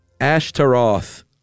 Ashtaroth